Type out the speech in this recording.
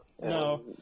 No